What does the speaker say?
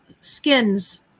skins